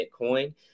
Bitcoin